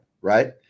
right